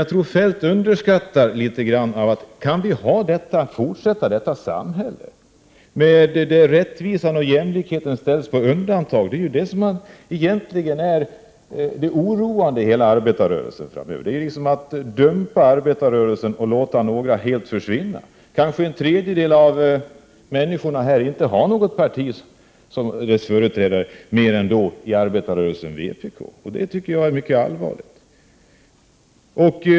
Jag tror att Kjell-Olof Feldt underskattar den här frågan: Kan vi fortsätta att ha det så i samhället att rättvisan och jämlikheten sätts på undantag? Det är detta som är det oroande i arbetarrörelsen. Det är på något sätt som att dumpa arbetarrörelsen och låta några helt försvinna. Kanske en tredjedel av människorna inte har något parti i arbetarrörelsen mer än vpk som företräder deras intressen. Det tycker jag är mycket allvarligt.